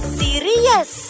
serious